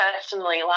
personally